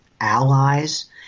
allies